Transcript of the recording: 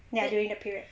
ya during the period